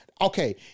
okay